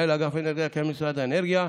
מנהל אגף אנרגיה קיימת במשרד האנרגיה,